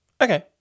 Okay